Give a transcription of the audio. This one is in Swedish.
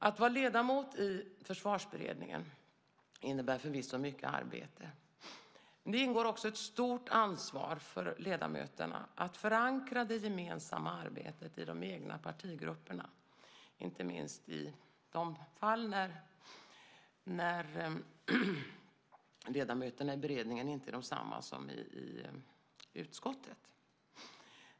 Att vara ledamot i Försvarsberedningen innebär förvisso mycket arbete. Men ledamöterna har också ett stort ansvar att förankra det gemensamma arbetet i de egna partigrupperna, inte minst i de fall när ledamöterna i beredningen inte är desamma som i utskottet.